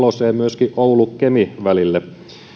myöskin oulu kemi välille